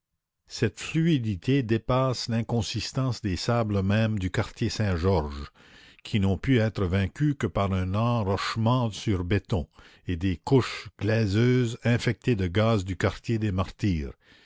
cette fluidité dépasse l'inconsistance des sables même du quartier saint-georges qui n'ont pu être vaincus que par un enrochement sur béton et des couches glaiseuses infectées de gaz du quartier des martyrs